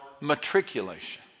matriculation